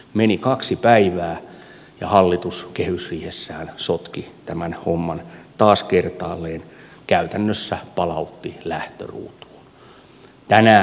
meni kaksi päivää ja hallitus kehysriihessään sotki tämän homman taas kertaalleen käytännössä palautti lähtöruutuun